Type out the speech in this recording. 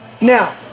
Now